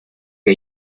que